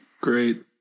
Great